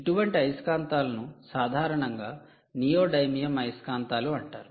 ఇటువంటి అయస్కాంతాలను సాధారణంగా నియోడైమియం అయస్కాంతాలు అంటారు